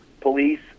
police